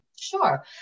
Sure